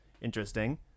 interesting